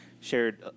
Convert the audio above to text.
shared